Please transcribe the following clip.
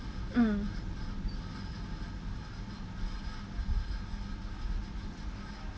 mm